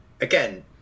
again